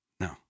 No